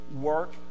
work